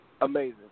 amazing